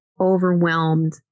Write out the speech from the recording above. overwhelmed